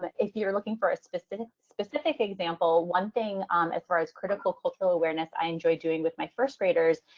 but if you're looking for ah specific, specific example, one thing um as far as critical cultural awareness i enjoy doing with my first graders.